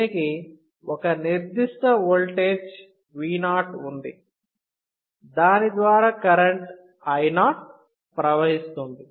దీనికి ఒక నిర్దిష్ట ఓల్టేజ్ V 0 ఉంది దాని ద్వారా కరెంట్ I 0 ప్రవహిస్తుంది